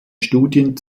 studien